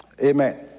Amen